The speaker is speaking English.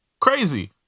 crazy